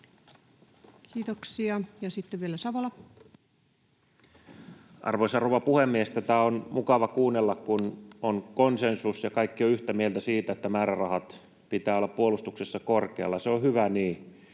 Kiitoksia. — Ja sitten vielä Savola. Arvoisa rouva puhemies! Tätä on mukava kuunnella, kun on konsensus ja kaikki ovat yhtä mieltä siitä, että määrärahat pitää olla puolustuksessa korkealla. Se on hyvä niin.